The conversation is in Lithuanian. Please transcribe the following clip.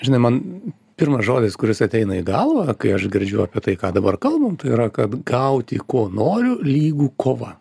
žinai man pirmas žodis kuris ateina į galvą kai aš girdžiu apie tai ką dabar kalbam tai yra kad gauti ko noriu lygu kova